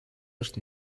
asked